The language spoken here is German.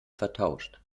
vertauscht